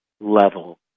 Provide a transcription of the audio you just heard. level